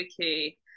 okay